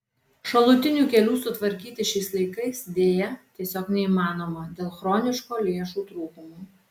šalutinių kelių sutvarkyti šiais laikais deja tiesiog neįmanoma dėl chroniško lėšų trūkumo